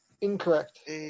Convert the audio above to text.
Incorrect